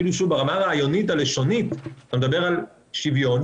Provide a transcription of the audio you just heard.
אפילו ברמה הרעיונית הלשונית כשמדברים על שוויון.